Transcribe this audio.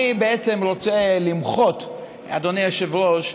אני בעצם רוצה למחות, אדוני היושב-ראש,